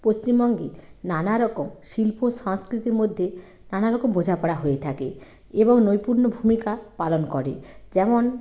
পশ্চিমবঙ্গে নানারকম শিল্প সংস্কৃতির মধ্যে নানারকম বোঝাপড়া হয়ে থাকে এবং নৈপুণ্য ভূমিকা পালন করে যেমন